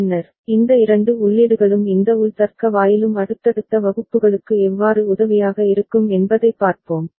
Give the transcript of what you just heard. பின்னர் இந்த இரண்டு உள்ளீடுகளும் இந்த உள் தர்க்க வாயிலும் அடுத்தடுத்த வகுப்புகளுக்கு எவ்வாறு உதவியாக இருக்கும் என்பதைப் பார்ப்போம்